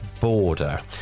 border